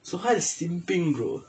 suhail is simping bro